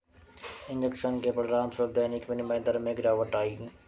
injection के परिणामस्वरूप दैनिक विनिमय दर में गिरावट आई